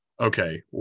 okay